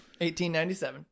1897